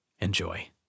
Enjoy